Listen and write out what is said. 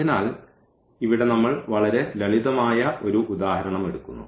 അതിനാൽ ഇവിടെ നമ്മൾ വളരെ ലളിതമായ ഒരു ഉദാഹരണം എടുക്കുന്നു